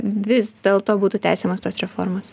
vis dėlto būtų tęsiamas tos reformos